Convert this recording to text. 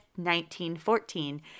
1914